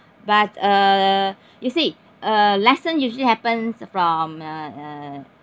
but uh you see uh lesson usually happens from uh uh